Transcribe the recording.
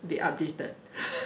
they updated